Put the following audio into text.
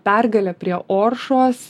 pergalę prie oršos